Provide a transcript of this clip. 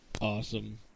Awesome